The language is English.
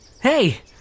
Hey